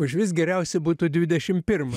užvis geriausia būtų dvidešim pirmą